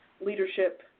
leadership